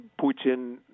Putin